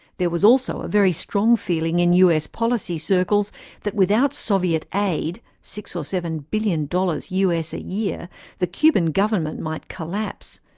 there was also a very strong feeling in us policy circles that without soviet aid six or seven billion dollars us, a year the cuban government might collapse.